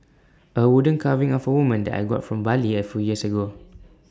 A wooden carving of A woman that I got from Bali A few years ago